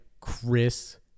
Chris